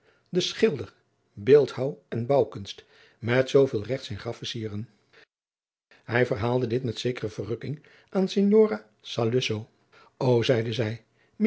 de schilder beeldhouw en bouwkunst met zooveel regt zijn graf versieren hij verhaalde dit met zekere verrukking aan signora saluzzo o zeide zij